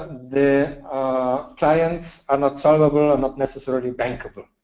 the clients are not solvable, are not necessarily bankable.